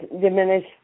diminish